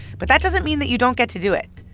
but that doesn't mean that you don't get to do it.